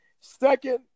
Second